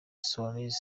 suarez